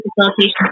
facilitation